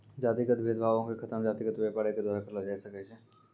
जातिगत भेद भावो के खतम जातिगत व्यापारे के द्वारा करलो जाय सकै छै